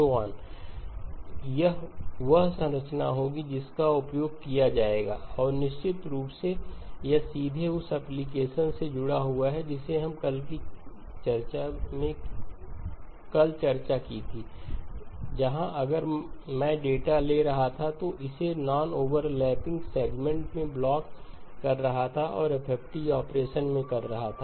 यह वह संरचना होगी जिसका उपयोग किया जाएगा और निश्चित रूप से यह सीधे उस एप्लिकेशन से जुड़ा हुआ है जिसे हमने कल चर्चा की थी जहां अगर मैं डेटा ले रहा था तो इसे नॉनओवरलैपिंग सेगमेंट में ब्लॉक कर रहा था और FFT ऑपरेशन में कर रहा था